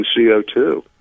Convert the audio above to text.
CO2